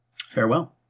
Farewell